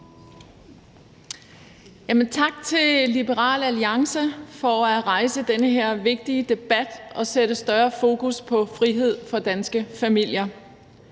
Tak til Liberal Alliance for at rejse den her vigtige debat og sætte større fokus på frihed for danske familier.